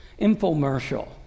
infomercial